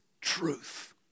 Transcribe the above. Truth